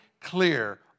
clear